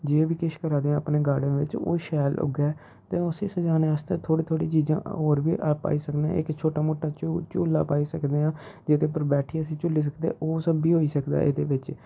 जे बी किश करा दे आं अपने गार्डन बिच्च ओह् शैल उग्गै ते उसी सजाने आस्तै थोह्ड़ी थोह्ड़ी चीज़ां होर बी पाई सकनें इक छोटा मोटा झूला पाई सकने आं जेहदे उप्पर बैठियै अस झूली सकदे ओह् सब बी होई सकदा एह्दे बिच्च